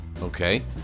Okay